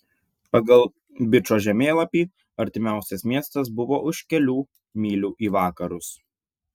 pagal bičo žemėlapį artimiausias miestas buvo už kelių mylių į vakarus